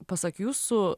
pasak jūsų